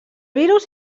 virus